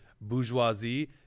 bourgeoisie